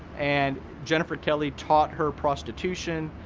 and jennifer kelly taught her prostitution,